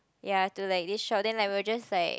ya to like this shop then I would just like